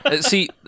See